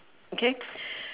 okay